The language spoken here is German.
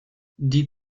die